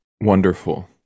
wonderful